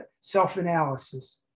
self-analysis